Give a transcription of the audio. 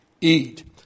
eat